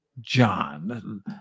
john